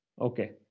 Okay